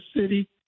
City